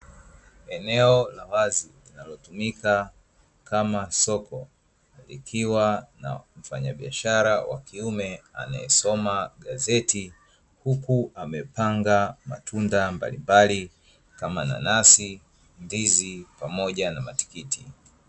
Eneo la wazi linalotumika kama soko likiwa na mfanyabiashara wa kiume anayesoma gazeti, huku amepanga matunda mbalimbali kama nanasi, ndizi pamoja na matikiti.